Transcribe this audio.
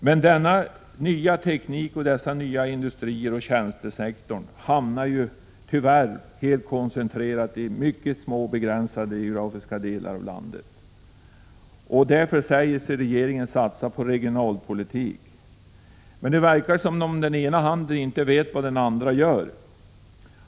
Men denna nya teknik och dessa nya industrier liksom tjänstesektorn hamnar ju tyvärr helt koncentrerat i mycket begränsade små delar av landet. Regeringen säger sig satsa på regionalpolitik, men det verkar som om den ena handen inte vet vad den andra gör.